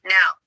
Now